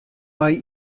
mei